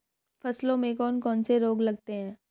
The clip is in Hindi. फसलों में कौन कौन से रोग लगते हैं?